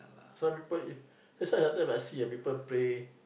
some people if that's why sometimes I see when people pray